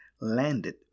landed